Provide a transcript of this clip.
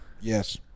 Yes